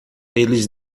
eles